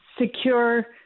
Secure